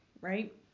right